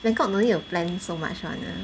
Bangkok no need to plan so much [one] lah